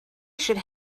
should